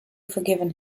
forgiven